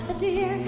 do,